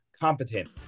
competent